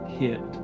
hit